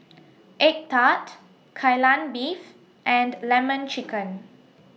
Egg Tart Kai Lan Beef and Lemon Chicken